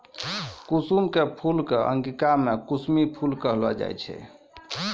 कुसुम के फूल कॅ अंगिका मॅ कुसमी फूल कहलो जाय छै